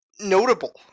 notable